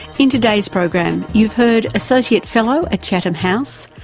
in today's program you've heard associate fellow at chatham house,